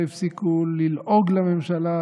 לא הפסיקו ללעוג לממשלה,